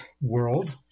world